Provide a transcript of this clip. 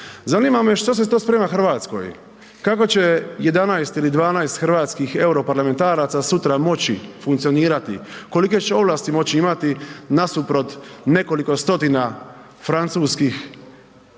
Zanima me što se to sprema Hrvatskoj. Kako će 11 ili 12 hrvatskih europarlamentaraca sutra moći funkcionirati, kolike će ovlasti moći imati nasuprot nekoliko stotina francuskih,